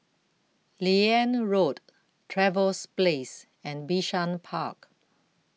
Liane Road Trevose Place and Bishan Park